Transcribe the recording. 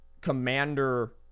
commander